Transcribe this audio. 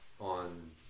on